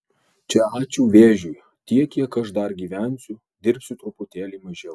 čia ačiū vėžiui tiek kiek aš dar gyvensiu dirbsiu truputėlį mažiau